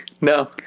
No